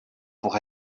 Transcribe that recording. pour